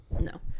No